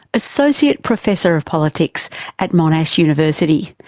associate professor of politics at monash university,